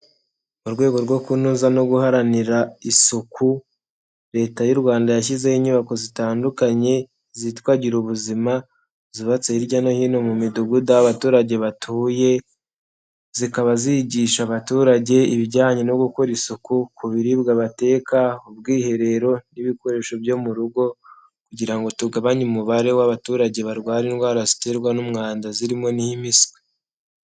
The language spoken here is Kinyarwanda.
Mu rwego rwo kunoza no guharanira isuku leta y'u wRanda yashyizeho inyubako zitandukanye zitwa gira ubuzima zubatse hirya no hino mu midugudu aho abaturage batuye, zikaba zigisha abaturage ibijyanye no gukora isuku ku biribwa bateka ubwiherero n'ibikoresho byo mu rugo kugira ngo tugabanye umubare w'abaturage barwaye indwara ziterwa n'umwanda zirimo n'impiswi.